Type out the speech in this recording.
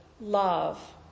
love